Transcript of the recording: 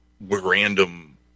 random